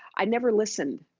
i never listened.